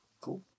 cool